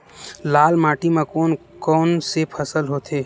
लाल माटी म कोन कौन से फसल होथे?